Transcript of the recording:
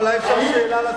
לא, אולי אפשר שאלה לשר.